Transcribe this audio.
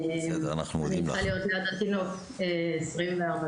אני צריכה להיות ליד התינוק 24/7,